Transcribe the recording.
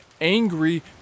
angry